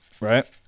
right